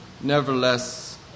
nevertheless